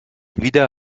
wieder